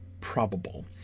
probable